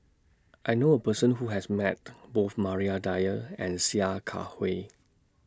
I knew A Person Who has Met Both Maria Dyer and Sia Kah Hui